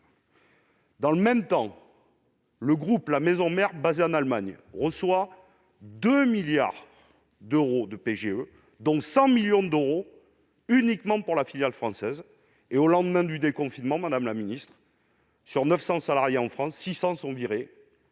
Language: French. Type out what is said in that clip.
Dans le même temps, la maison mère, basée en Allemagne, a reçu 2 milliards d'euros de PGE, dont 100 millions d'euros uniquement pour la filiale française. Au lendemain du déconfinement, 600 des 900 salariés en France ont été virés